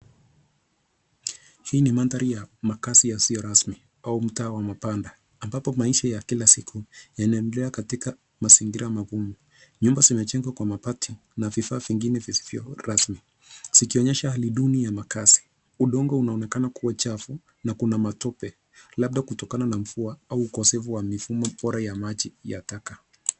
Hii ni mandhari ya makazi yasiyo rasmi au mtaa wa mabanda ambapo maisha ya kila siku yanaendelea katika mazingira magumu. Nyumba zimejengwa kwa mabati na vifaa vingine visivyo rasmi zikionyesha hali duni ya makazi. Udongo unaonekana kuwa chafu na kuna matope labda kutoka na mvua au ukosefu wa mifumo bora ya maji ya taka.